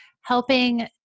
helping